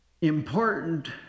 important